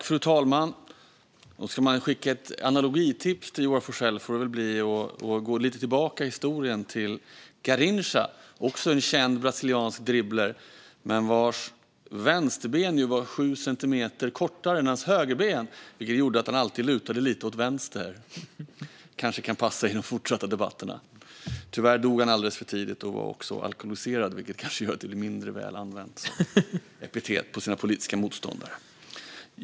Fru talman! Ska man skicka ett analogitips till Joar Forssell får det bli att gå lite tillbaka i historien till Garrincha, också en känd brasiliansk dribblare, vars vänsterben var sju centimeter kortare än hans högerben, vilket gjorde att han alltid lutade lite åt vänster. Det kanske kan passa i de fortsatta debatterna. Tyvärr dog han alldeles för tidigt och var också alkoholiserad, vilket kanske gör att det namnet blir mindre väl använt som epitet på ens politiska motståndare.